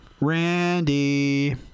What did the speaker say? Randy